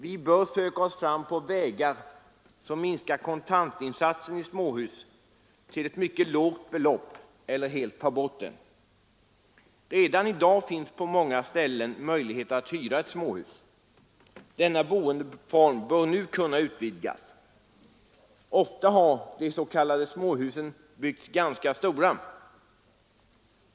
Vi får söka oss fram på vägar som minskar kontantinsatsen i småhus till ett mycket lågt belopp eller helt tar bort den. Redan i dag finns på många ställen möjligheten att hyra ett småhus. Denna boendeform bör nu kunna utvidgas. Ofta har de s.k. småhusen byggts ganska stora.